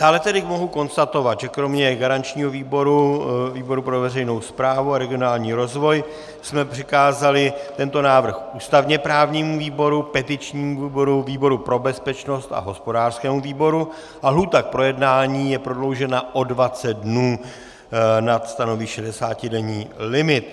Dále tedy mohu konstatovat, že kromě garančního výboru, výboru pro veřejnou správu a regionální rozvoj, jsme přikázali tento návrh ústavněprávnímu výboru, petičnímu výboru, výboru pro bezpečnost a hospodářskému výboru a lhůta k projednání je prodloužena o dvacet dnů nad stanovený šedesátidenní limit.